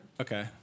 Okay